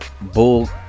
Bull